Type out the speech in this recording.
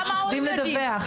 הם מפחדים לדווח.